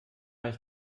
ich